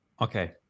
Okay